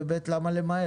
ו-ג', למה למהר?